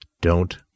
Don't